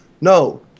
no